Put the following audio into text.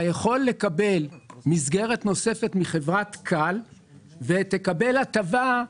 אתה יכול לקבל מסגרת נוספת מחברת כאל ותקבל הטבה,